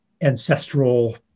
ancestral